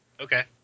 Okay